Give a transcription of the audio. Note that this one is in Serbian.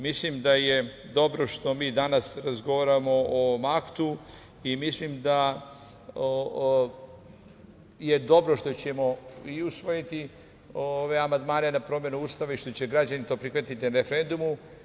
Mislim da je dobro što mi danas razgovaramo o ovom aktu i mislim da je dobro što ćemo i usvojiti ove amandmane na promenu Ustava i što će građani to prihvatiti na referendumu.